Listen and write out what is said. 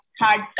hard